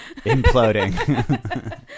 imploding